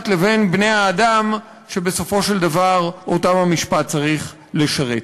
לבין בני-האדם שבסופו של דבר אותם המשפט צריך לשרת.